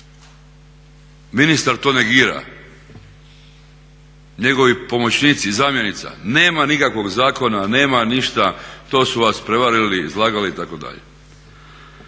ministar to negira, njegovi pomoćnici i zamjenica, nema nikakvog zakona, nema ništa, to su vas prevarili, izlagali itd.